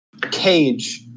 cage